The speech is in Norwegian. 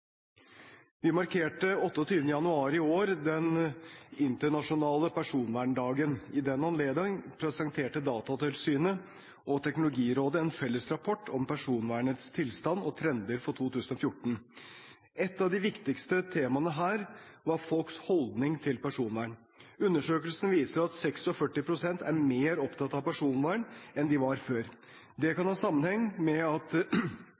Vi markerte 28. januar i år den internasjonale personverndagen. I den anledning presenterte Datatilsynet og Teknologirådet en felles rapport om personvernets tilstand og trender for 2014. Ett av de viktigste temaene var folks holdning til personvern. Undersøkelsen viser at 46 pst. er mer opptatt av personvern enn de var før. Det kan ha sammenheng med at